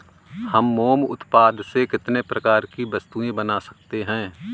हम मोम उत्पाद से कितने प्रकार की वस्तुएं बना सकते हैं?